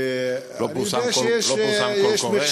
ואני יודע שיש, לא פורסם קול קורא?